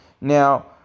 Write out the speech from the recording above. Now